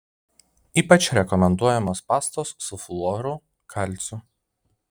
ypač rekomenduojamos pastos su fluoru kalciu